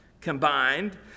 combined